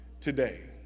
today